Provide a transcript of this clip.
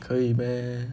可以 meh